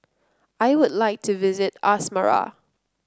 I would like to visit Asmara